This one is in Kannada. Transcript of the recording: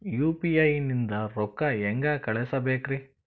ಯು.ಪಿ.ಐ ನಿಂದ ರೊಕ್ಕ ಹೆಂಗ ಕಳಸಬೇಕ್ರಿ?